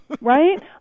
Right